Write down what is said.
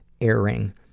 airing